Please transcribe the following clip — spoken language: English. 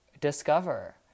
discover